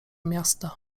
miasta